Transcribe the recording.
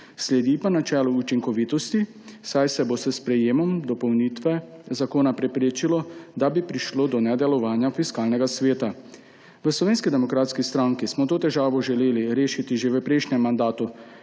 sledi pa načelu učinkovitosti, saj se bo s sprejetjem dopolnitve zakona preprečilo, da bi prišlo do nedelovanja Fiskalnega sveta. V Slovenski demokratski stranki smo to težavo želeli rešiti že v prejšnjem mandatu.